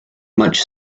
much